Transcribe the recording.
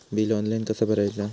Bill online कसा भरायचा?